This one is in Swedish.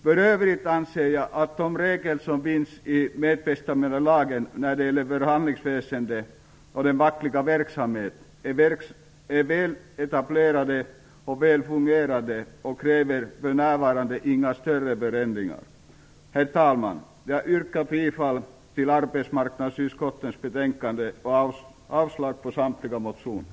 För övrigt anser jag att de regler som finns i medbestämmandelagen när det gäller förhandlingsväsendet och den fackliga verksamheten är väletablerade och välfungerande och kräver för närvarande inga större förändringar. Herr talman! Jag yrkar bifall till arbetsmarknadsutskottets hemställan och avslag på samtliga reservationer.